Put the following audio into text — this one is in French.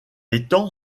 étend